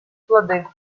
плоды